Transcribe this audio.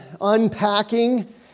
unpacking